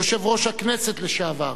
יושב-ראש הכנסת לשעבר